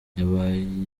yabaye